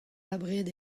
abred